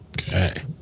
Okay